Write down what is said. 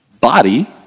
body